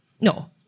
No